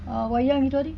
uh wayang itu hari